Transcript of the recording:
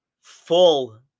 full